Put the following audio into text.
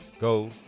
go